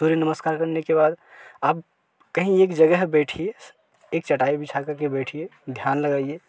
सूर्य नमस्कार करने के बाद आप कहीं एक जगह बैठिए एक चटाई बिछा करके बैठिए ध्यान लगाइए